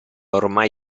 ormai